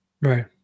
Right